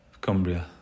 Cumbria